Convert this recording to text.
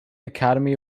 academy